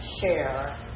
share